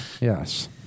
Yes